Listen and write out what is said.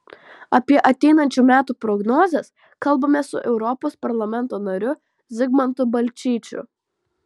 apie ateinančių metų prognozes kalbamės su europos parlamento nariu zigmantu balčyčiu